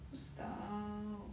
不知道